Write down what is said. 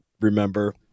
remember